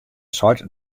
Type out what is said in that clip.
seit